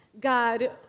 God